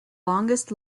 longest